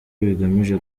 bigamije